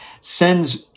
sends